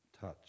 Touch